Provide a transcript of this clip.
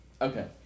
Okay